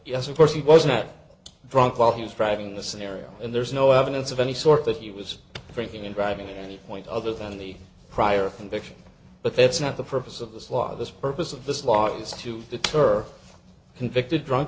yes of course he was not drunk while he was driving the scenario and there's no evidence of any sort that he was drinking and driving any point other than the prior conviction but that's not the purpose of this law this purpose of this law is to deter convicted drunk